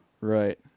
right